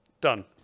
Done